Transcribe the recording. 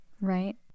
Right